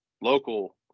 local